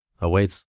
awaits